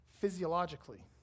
physiologically